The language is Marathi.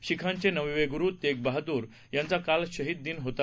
शिखांचे नववे गुरु तेगबहादूर यांचा काल शहीद दिन होता